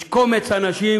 יש קומץ אנשים,